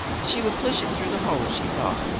she would push it through the hole, she thought,